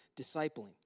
discipling